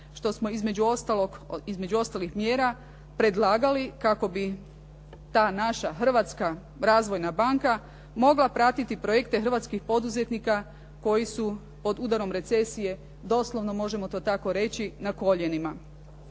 što smo između ostalih mjera predlagali kako bi ta naša Hrvatska razvojna banka mogla pratiti projekte hrvatskih poduzetnika koji su pod udarom recesije, doslovno možemo to tako reći, na koljenima.